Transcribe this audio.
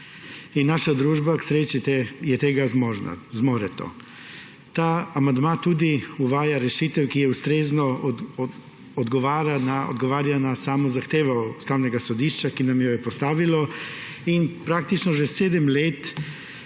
Naša družba je k sreči tega zmožna, zmore to. Ta amandma tudi uvaja rešitev, ki ustrezno odgovarja na samo zahtevo Ustavnega sodišča, ki nam jo je postavilo. Praktično si že sedem let